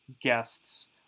guests